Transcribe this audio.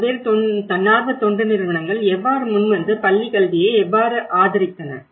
பல்வேறு தன்னார்வ தொண்டு நிறுவனங்கள் எவ்வாறு முன்வந்து பள்ளி கல்வியை எவ்வாறு ஆதரித்தன